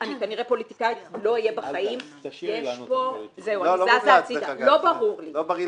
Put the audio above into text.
אני כנראה בחיים לא אהיה פוליטיקאית אבל זה לא ברור לי.